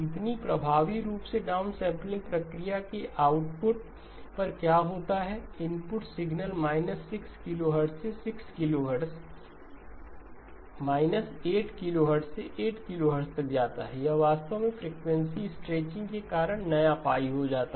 इतनी प्रभावी रूप से डाउनसैंपलिंग प्रक्रिया के आउटपुट पर क्या होता है इनपुट सिग्नल −6kHz से 6 kHz −8kHz से 8 kHz तक जाता है यह वास्तव में फ्रीक्वेंसी स्ट्रेचिंग के कारण नया हो जाता है